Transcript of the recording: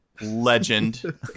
legend